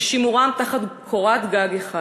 ושימורם תחת קורת גג אחת.